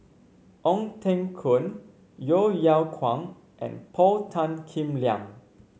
Ong Teng Koon Yeo Yeow Kwang and Paul Tan Kim Liang